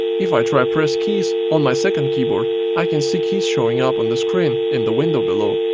if i try pressing keys on my second keyboard i can see keys showing up on the screen in the window below.